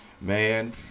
man